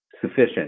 sufficient